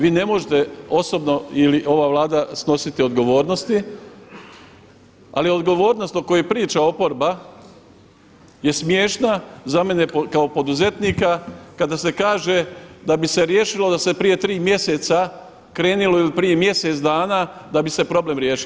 Vi ne možete osobno ili ova Vlada snositi odgovornosti, ali odgovornost o kojoj priča oporba je smiješna za mene kao poduzetnika kada se kaže da bi se riješilo da se prije tri mjeseca krenulo ili prije mjesec dana da bi se problem riješio.